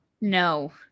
no